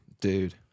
dude